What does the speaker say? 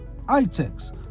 ITEX